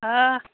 हँ